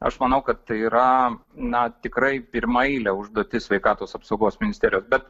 aš manau kad tai yra na tikrai pirmaeilė užduotis sveikatos apsaugos ministerijos bet